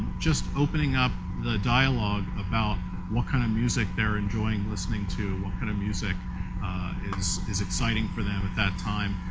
just opening up the dialog about what kind of music they're enjoying listening to, what kind of music is is exciting for them at that time.